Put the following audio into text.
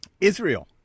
Israel